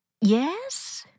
yes